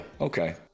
Okay